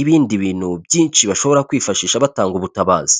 ibindi bintu byinshi bashobora kwifashisha batanga ubutabazi.